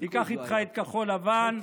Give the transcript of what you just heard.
תיקח איתך את כחול לבן,